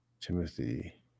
Timothy